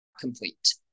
complete